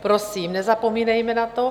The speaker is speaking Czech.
Prosím, nezapomínejme na to.